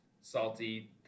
salty